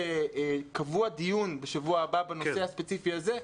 שקבוע דיון בשבוע הבא בנושא הספציפי הזה,